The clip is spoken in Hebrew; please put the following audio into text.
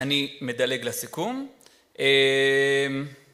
אני מדלג לסיכום.